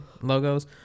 logos